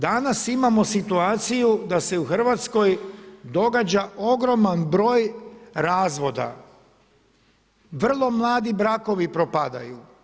Danas imamo situaciju da se u Hrvatskoj događa ogroman broj razvoda, vrlo mladi brakovi propadaju.